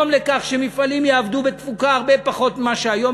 וזה יגרום לכך שמפעלים יעבדו בתפוקה פחותה בהרבה מהיום,